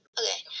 okay